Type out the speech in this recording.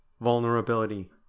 Vulnerability